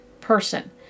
person